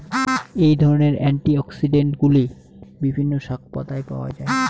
এই ধরনের অ্যান্টিঅক্সিড্যান্টগুলি বিভিন্ন শাকপাতায় পাওয়া য়ায়